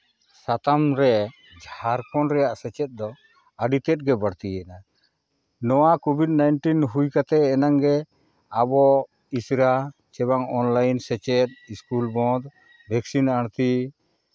ᱥᱟᱛᱟᱢ ᱨᱮ ᱡᱷᱟᱲᱠᱷᱚᱸᱰ ᱨᱮᱭᱟᱜ ᱥᱮᱪᱮᱫ ᱫᱚ ᱟᱹᱰᱤ ᱛᱮᱫᱜᱮ ᱵᱟᱹᱲᱛᱤᱭᱮᱱᱟ ᱱᱚᱣᱟ ᱠᱳᱵᱷᱤᱰ ᱱᱟᱭᱤᱱᱴᱤᱱ ᱦᱩᱭ ᱠᱟᱛᱮᱫ ᱮᱱᱟᱝ ᱜᱮ ᱟᱵᱚ ᱤᱥᱨᱟ ᱥᱮᱵᱟᱝ ᱚᱱᱞᱟᱭᱤᱱ ᱥᱮᱪᱮᱫ ᱤᱥᱠᱩᱞ ᱵᱚᱱᱫᱷ ᱵᱷᱮᱠᱥᱤᱱ ᱟᱨᱠᱤ